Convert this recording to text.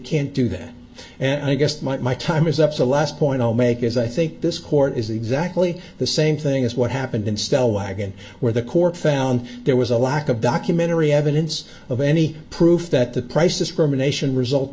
can't do that and i guess my time is up so last point i'll make is i think this court is exactly the same thing as what happened in style wagon where the court found there was a lack of documentary evidence of any proof that the prices from an asian result